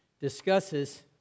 discusses